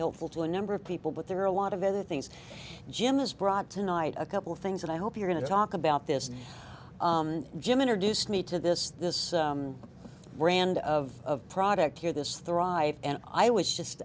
helpful to a number of people but there are a lot of other things jim has brought tonight a couple of things that i hope you're going to talk about this jim introduced me to this this brand of product here this thrive and i was just